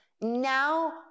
now